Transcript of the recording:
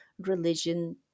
religion